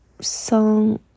song